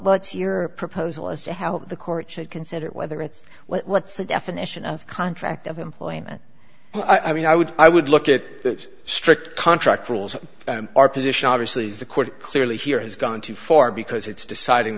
what's your proposal as to how the court should consider whether it's what's the definition of contract of employment i mean i would i would look at strict contract rules our position obviously is the court clearly here has gone too far because it's deciding